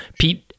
Pete